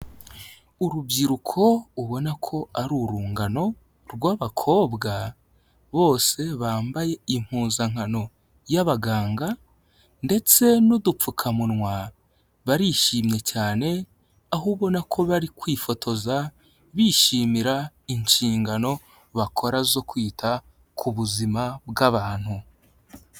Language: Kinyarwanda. Urubyiruko ubona ko ari urungano rw'abakobwa bose bambaye impuzankano y'abaganga ndetse n'udupfukamunwa, barishimye cyane, aho ubona ko bari kwifotoza bishimira inshingano bakora zo kwita ku buzima bw'abantu.